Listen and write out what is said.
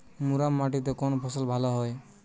মুরাম মাটিতে কোন ফসল ভালো হয়?